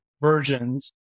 versions